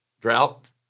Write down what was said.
drought